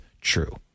true